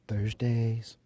Thursdays